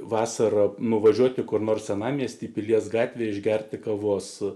vasarą nuvažiuoti kur nors senamiestyje pilies gatvėje išgerti kavos